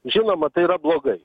žinoma tai yra blogai